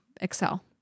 excel